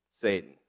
Satan